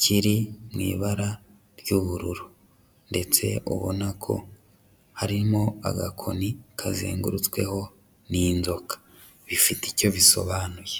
kiri mu ibara ry'ubururu ndetse ubona ko harimo agakoni kazengurutsweho n'inzoka bifite icyo bisobanuye.